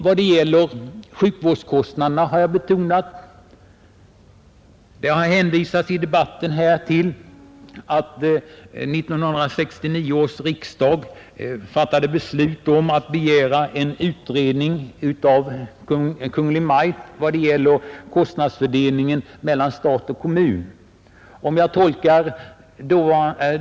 Jag vill också erinra om att 1969 års riksdag beslöt att hos Kungl. Maj:t begära en utredning om fördelningen av kostnaderna mellan stat och kommun.